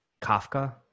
Kafka